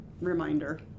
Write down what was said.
reminder